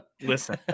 listen